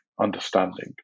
understanding